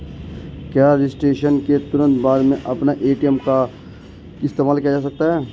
क्या रजिस्ट्रेशन के तुरंत बाद में अपना ए.टी.एम कार्ड इस्तेमाल किया जा सकता है?